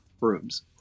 rooms